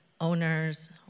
owners